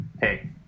Hey